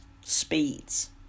speeds